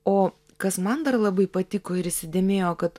o kas man dar labai patiko ir įsidėmėjo kad